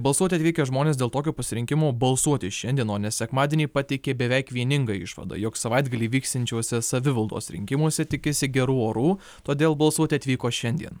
balsuoti atvykę žmonės dėl tokio pasirinkimo balsuoti šiandien o ne sekmadienį pateikė beveik vieningą išvadą jog savaitgalį vyksiančiuose savivaldos rinkimuose tikisi gerų orų todėl balsuoti atvyko šiandien